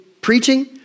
preaching